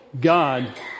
God